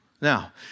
Now